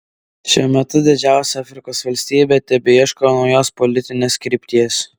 šiuo metu didžiausia afrikos valstybė tebeieško naujos politinės krypties